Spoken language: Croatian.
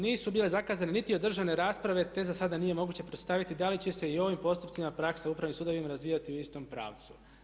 Nisu bili zakazane niti održane rasprave, te za sada nije moguće pretpostaviti da li će se i ovim postupcima praksa u Upravnim sudovima razvijati u istom pravcu.